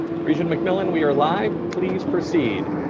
regent mcmillan, we are live. please proceed.